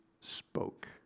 spoke